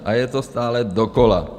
A je to stále dokola.